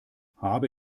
habe